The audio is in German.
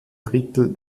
drittel